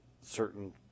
certain